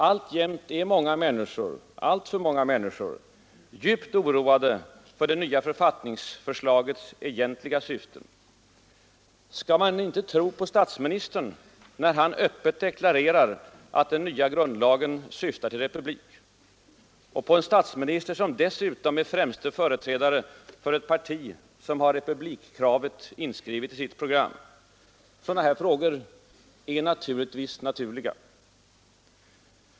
Alltjämt är många människor — alltför många människor — djupt oroade för det nya författningsförslagets egentliga syften. Skall man inte tro på statsministern när han öppet deklarerar att den nya grundlagen syftar till republik? På en statsminister som dessutom är främste företrädare för ett parti som har republikkravet inskrivet i sitt program? Sådana frågor är naturliga.